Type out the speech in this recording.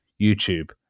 YouTube